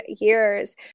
years